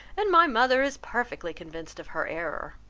and my mother is perfectly convinced of her error.